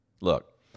Look